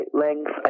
length